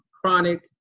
chronic